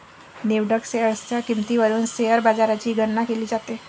निवडक शेअर्सच्या किंमतीवरून शेअर बाजाराची गणना केली जाते